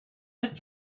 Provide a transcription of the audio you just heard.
but